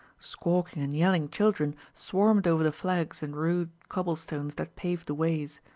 squawking and yelling children swarmed over the flags and rude cobblestones that paved the ways.